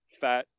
fat